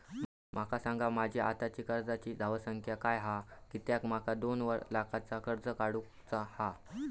माका सांगा माझी आत्ताची कर्जाची धावसंख्या काय हा कित्या माका दोन लाखाचा कर्ज काढू चा हा?